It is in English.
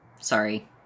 sorry